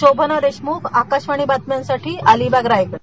शोभना देशमुख आकाशवाणी बातम्यांसाठी अलिबाग रायगड